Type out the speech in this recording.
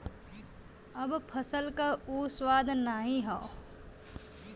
अब फसल क उ स्वाद नाही हौ